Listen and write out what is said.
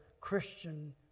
Christian